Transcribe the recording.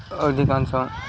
ଅଧିକାଂଶ